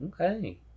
Okay